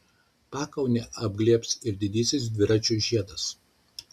pakaunę apglėbs ir didysis dviračių žiedas